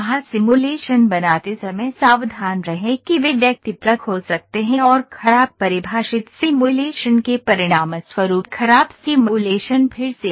simulation बनाते समय सावधान रहें कि वे व्यक्तिपरक हो सकते हैं और खराब परिभाषित सिमुलेशन के परिणामस्वरूप खराब सिमुलेशन फिर से होगा